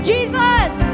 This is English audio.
Jesus